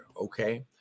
okay